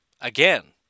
again